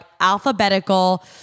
alphabetical